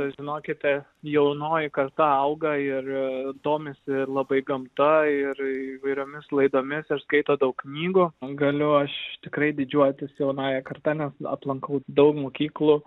žinokite jaunoji karta auga ir domisi labai gamta ir įvairiomis laidomis ir skaito daug knygų galiu aš tikrai didžiuotis jaunąja karta nes aplankau daug mokyklų